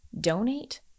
donate